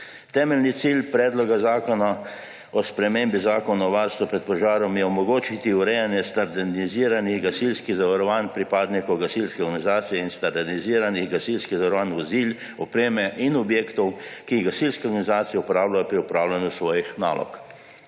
Temeljni cilj Predloga zakona o spremembi Zakona o varstvu pred požarom je omogočiti urejanje standardiziranih gasilskih zavarovanj pripadnikov gasilske organizacije in standardiziranih gasilskih zavarovanj vozil, opreme in objektov, ki jih gasilske organizacije uporabljajo pri opravljanju svojih nalog.